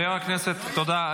תודה.